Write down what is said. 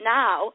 now